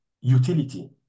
utility